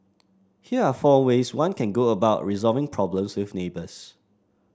here are four ways one can go about resolving problems with neighbours